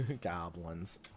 Goblins